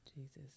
Jesus